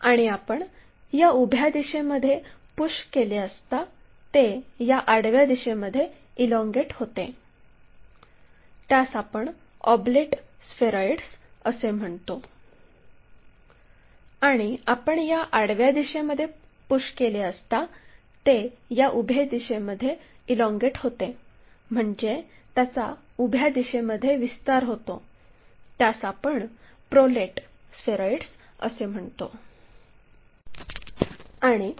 आणि आपण या उभ्या दिशेमध्ये पुश केले असता ते या आडव्या दिशेमध्ये इलॉंगेट होते त्यास आपण ऑब्लेट स्फेरॉइड्स असे म्हणतो आणि आपण या आडव्या दिशेमध्ये पुश केले असता ते या उभ्या दिशेमध्ये इलॉंगेट होते म्हणजे त्याचा उभ्या दिशेमध्ये विस्तार होतो त्यास आपण प्रोलेट स्फेरॉइड्स असे म्हणतो